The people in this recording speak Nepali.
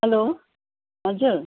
हेलो हजुर